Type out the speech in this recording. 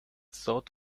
sort